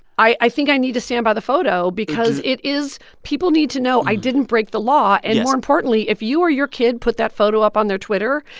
i i think i need to stand by the photo because it is people need to know i didn't break the law. and more importantly, if you or your kid put that photo up on their twitter,